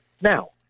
now